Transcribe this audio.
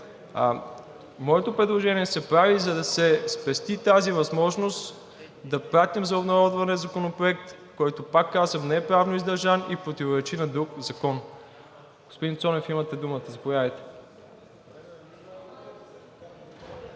Моето предложение се прави, за да се спести тази възможност да пратим за обнародване законопроект, който, пак казвам, не е правно издържан и противоречи на друг закон. Господин Цонев, имате думата, заповядайте.